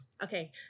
Okay